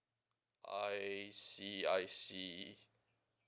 I see I see